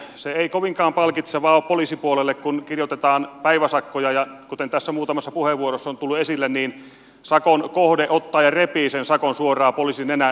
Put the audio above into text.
se ei kovinkaan palkitsevaa ole poliisipuolelle kun kirjoitetaan päiväsakkoja ja kuten tässä muutamassa puheenvuorossa on tullut esille sakon kohde ottaa ja repii sen sakon suoraan poliisin nenän edessä